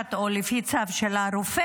בקשת או לפי צו של הרופא,